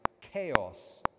chaos